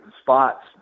spots